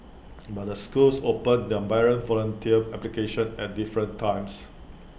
but the schools open their parent volunteer applications at different times